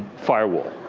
firewall.